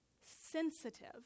sensitive